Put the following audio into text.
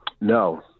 No